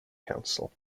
council